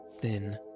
thin